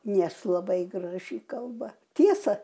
nes labai graži kalba tiesa